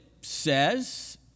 says